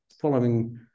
Following